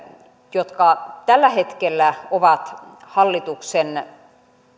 jotka tällä hetkellä ovat hallituksen